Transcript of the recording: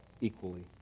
equally